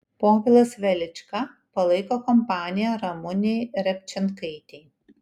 povilas velička palaiko kompaniją ramunei repčenkaitei